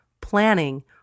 planning